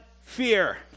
fear